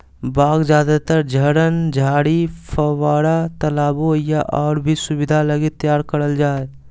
बाग ज्यादातर झरन, झाड़ी, फव्वार, तालाबो या और भी सुविधा लगी तैयार करल जा हइ